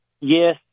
yes